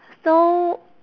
so